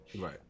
Right